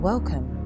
Welcome